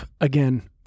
again